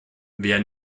wer